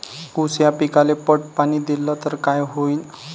ऊस या पिकाले पट पाणी देल्ल तर काय होईन?